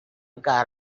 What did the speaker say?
got